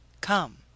come